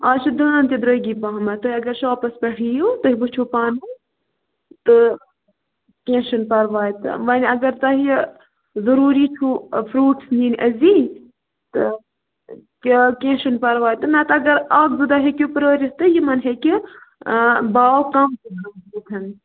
اَز چھِ دٲن تہٕ درٛۅگی پہم تُہۍ اَگر شاپَس پٮ۪ٹھ یِیِو تُہۍ وُچھِو پانَے تہٕ کیٚنٛہہ چھُنہٕ پَرواے تہٕ وۅنۍ اَگر تۄہہِ یہِ ضروٗری چھُو فرٛوٗٹٕس نِنۍ أزی تہٕ کیٚنٛہہ چھُنہٕ پَرواے تہٕ نَتہٕ اَگر اَکھ زٕ دۄہ ہیٚکِو پرٛٲرِتھ تہٕ یِمَن ہیٚکہِ بھاو کَم تہِ گٔژھِتھ